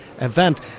event